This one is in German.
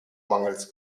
mangels